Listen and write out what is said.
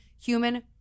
human